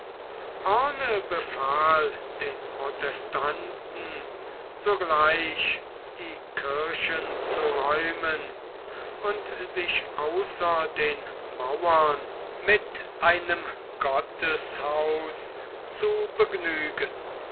hoorn befahl den protestanten sogleich die kirchen zu räumen und sich außer den mauern mit einem gotteshaus zu begnügen